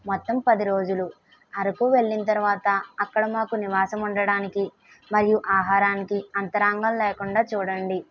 మొత్తం పది రోజులు అరకు వెళ్ళిన తర్వాత అక్కడ మాకు నివాసం ఉండడానికి మరియు ఆహారానికి అంతరంగం లేకుండా చూడండి